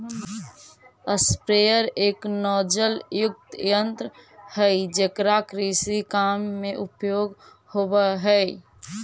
sprayer एक नोजलयुक्त यन्त्र हई जेकरा कृषि काम में उपयोग होवऽ हई